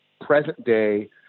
present-day